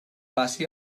passi